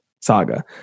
saga